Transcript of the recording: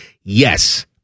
Yes